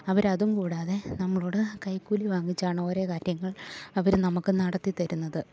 അവരതും കൂടാതെ നമ്മളോട് കൈക്കൂലി വങ്ങിച്ചാണ് ഓരോ കാര്യങ്ങൾ അവര് നമുക്ക് നടത്തി തരുന്നത്